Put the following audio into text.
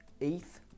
eighth